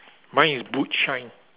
mine is boot shine